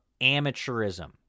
amateurism